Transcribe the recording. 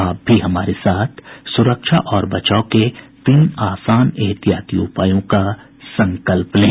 आप भी हमारे साथ सुरक्षा और बचाव के तीन आसान एहतियाती उपायों का संकल्प लें